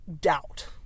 doubt